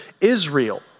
Israel